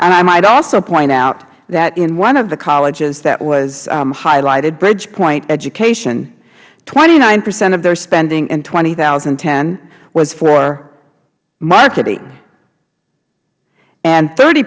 and i might also point out that in one of the colleges that was highlighted bridgepoint education twenty nine percent of their spending in two thousand and ten was for marketing and thirty